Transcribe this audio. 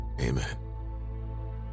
amen